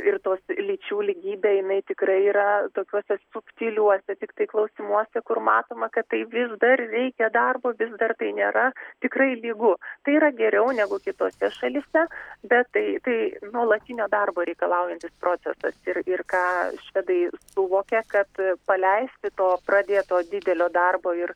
ir tos lyčių lygybė jinai tikrai yra tokiuose subtiliuose tiktai klausimuose kur matoma kad tai vis dar reikia darbo vis dar tai nėra tikrai lygu tai yra geriau negu kitose šalyse bet tai tai nuolatinio darbo reikalaujantis procesas ir ir ką švedai suvokia kad paleisti to pradėto didelio darbo ir